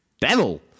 devil